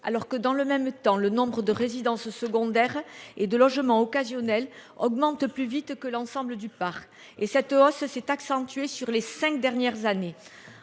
alors que dans le même temps le nombre de résidences secondaires et de logements occasionnels augmente plus vite que l'ensemble du parc et cette hausse s'est accentuée sur les 5 dernières années